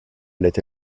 allait